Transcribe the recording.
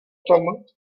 tom